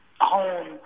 home